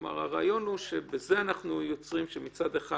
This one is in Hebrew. הרעיון הוא שמצד אחד